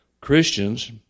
Christians